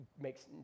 makes